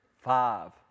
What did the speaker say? five